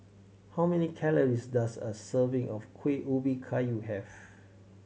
how many calories does a serving of Kueh Ubi Kayu have